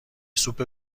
سوپ